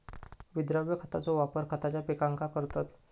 विद्राव्य खताचो वापर खयच्या पिकांका करतत?